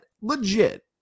legit